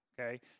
okay